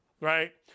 right